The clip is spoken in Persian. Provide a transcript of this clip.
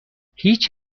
هیچ